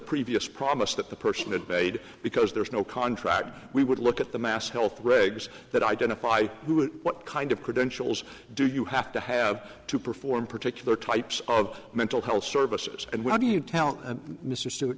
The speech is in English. previous promise that the person that paid because there's no contract we would look at the mass health regs that identify who would what kind of credentials do you have to have to perform particular types of mental health services and why do you tell mr st